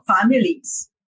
families